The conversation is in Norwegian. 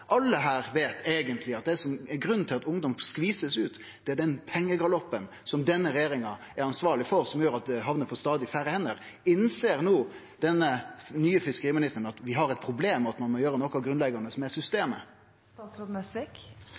Alle her veit at det som eigentlig er grunnen til at ungdom blir skvisa ut, er den pengegaloppen som denne regjeringa er ansvarleg for, som gjer at dette hamnar på stadig færre hender. Innser no den nye fiskeriministeren at vi har eit problem, og at ein må gjere noko grunnleggjande